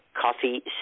coffee